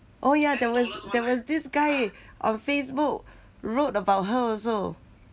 orh yeah there was there was this guy on facebook wrote about her also